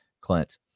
Clint